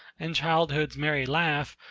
and childhood's merry laugh,